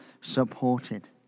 supported